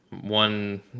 one